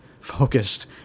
focused